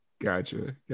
Gotcha